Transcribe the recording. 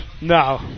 No